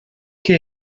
què